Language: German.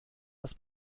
das